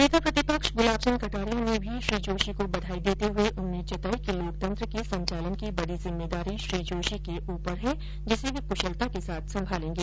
नेता प्रतिपक्ष गुलाब चंद कटारिया ने भी श्री जोषी को बधाई देते हुए उम्मीद जताई कि लोकतंत्र के संचालन की बड़ी जिम्मेदारी श्री जोशी के ऊपर है जिसे वे क्शलता के साथ संभालेंगे